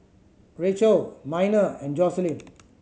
Racquel Miner and Joselyn